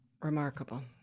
remarkable